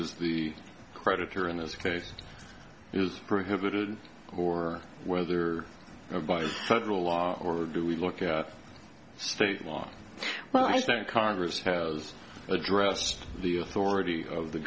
is creditor in this case is prohibited or whether federal law or do we look at state laws well i think congress has addressed the authority of the